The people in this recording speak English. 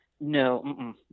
No